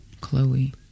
Chloe